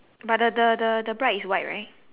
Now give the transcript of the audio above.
but the the the the bride is white right